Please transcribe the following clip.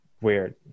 weird